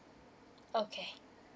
okay